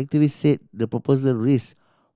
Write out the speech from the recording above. activists said the proposal risked